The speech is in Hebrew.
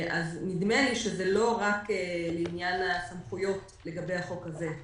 אז נדמה לי שזה לא רק לעניין הסמכויות לגבי החוק הזה.